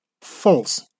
False